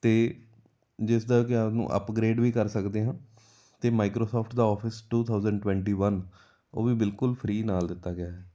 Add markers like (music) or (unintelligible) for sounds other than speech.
ਅਤੇ ਜਿਸਦਾ (unintelligible) ਇਹਨੂੰ ਅੱਪਗ੍ਰੇਡ ਵੀ ਕਰ ਸਕਦੇ ਹਾਂ ਅਤੇ ਮਾਈਕਰੋਸੋਫਟ ਦਾ Office two thousand twenty one ਉਹ ਵੀ ਬਿਲਕੁਲ ਫਰੀ ਨਾਲ ਦਿੱਤਾ ਗਿਆ ਹੈ